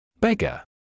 Beggar